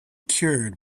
cured